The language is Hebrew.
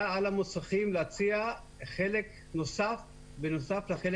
היה על המוסכים להציע חלק נוסף בנוסף לחלק